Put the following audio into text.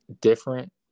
different